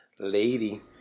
lady